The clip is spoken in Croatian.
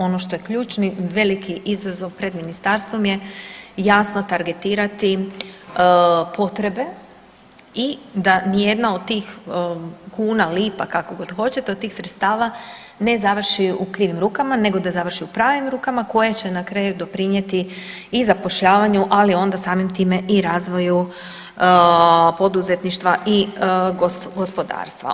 Ono što je ključni veliki izazov pred ministarstvom je jasno targetirati potrebe i da nijedna od tih kuna, lipa, kako god hoćete, od tih sredstava ne završi u krivim rukama nego da završi u pravim rukama koje će na kraju doprinjeti i zapošljavanju, ali onda samim time i razvoju poduzetništva i gospodarstva.